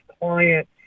client